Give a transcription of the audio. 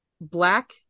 black